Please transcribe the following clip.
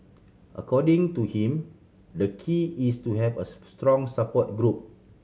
according to him the key is to have a strong support group